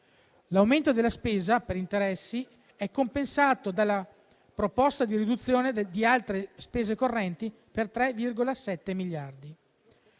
L'aumento della spesa per interessi è compensato dalla proposta di riduzione di altre spese correnti, per 3,7 miliardi.